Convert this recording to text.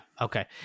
Okay